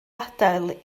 adael